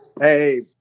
Hey